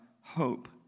hope